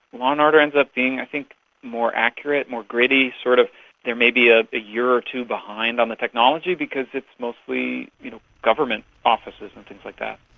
law and order ends up being i think more accurate, more gritty. sort of they may be a year or two behind on the technology because it's mostly you know government offices and things like that.